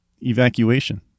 evacuation